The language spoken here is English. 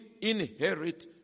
inherit